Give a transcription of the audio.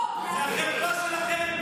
איך אתם לא רואים את עצמכם,